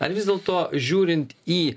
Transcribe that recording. ar vis dėlto žiūrint į